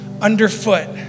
underfoot